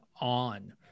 on